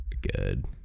Good